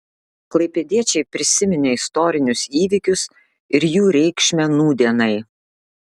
klaipėdiečiai prisiminė istorinius įvykius ir jų reikšmę nūdienai